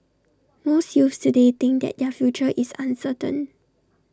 most youths today think that their future is uncertain